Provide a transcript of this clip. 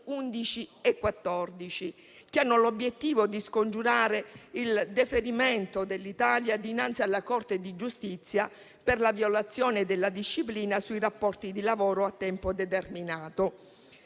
11 e 14, che hanno l'obiettivo di scongiurare il deferimento dell'Italia dinanzi alla Corte di giustizia per la violazione della disciplina sui rapporti di lavoro a tempo determinato,